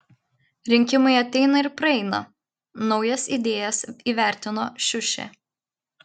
rinkimai ateina ir praeina naujas idėjas įvertino šiušė